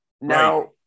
Now